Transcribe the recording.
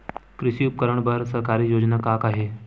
कृषि उपकरण बर सरकारी योजना का का हे?